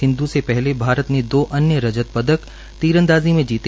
सिंध् से पहले भारत ने दो अन्य रजत पदक तीर अंदाजी में जीते